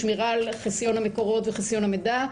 שמירה על חסיון המקורות וחסיון המידע.